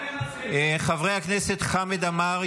חברי הכנסת חמד עמאר,